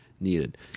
Needed